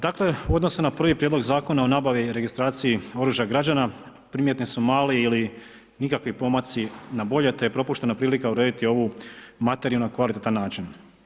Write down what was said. Dakle u odnosu na prvi Prijedlog zakona o nabavi i registraciji oružja građana primjetni su mali ili nikakvi pomaci na bolje te je propuštena prilika urediti ovu materiju na kvalitetan način.